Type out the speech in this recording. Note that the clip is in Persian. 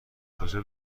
کجا